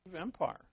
empire